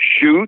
shoot